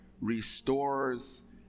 restores